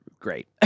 Great